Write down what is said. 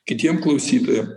kitiem klausytojam